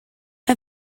mae